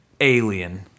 Alien